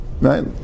right